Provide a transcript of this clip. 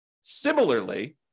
Similarly